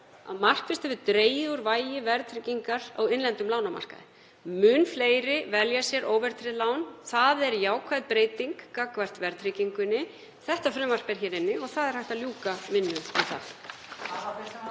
að markvisst hefur dregið úr vægi verðtryggingar á innlendum lánamarkaði. Mun fleiri velja sér óverðtryggð lán. Það er jákvæð breyting gagnvart verðtryggingunni. Þetta frumvarp er hér inni og það er hægt að ljúka vinnu við það.